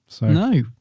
No